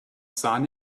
sahne